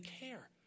care